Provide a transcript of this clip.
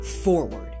forward